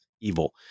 evil